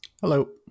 Hello